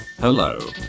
Hello